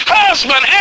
husband